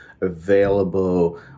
available